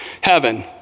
heaven